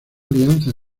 alianza